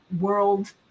world